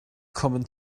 kommen